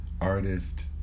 artist